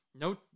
no